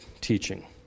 teaching